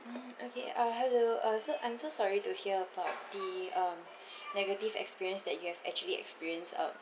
mm okay uh hello uh so I'm so sorry to hear about the um negative experience that you have actually experienced um